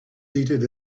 seated